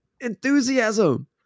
enthusiasm